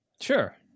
Sure